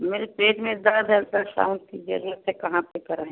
मेरे पेट में दर्द है अल्ट्रासाउन्ड की जरूरत है कहाँ से कराएँ